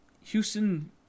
Houston